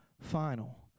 final